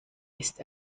ist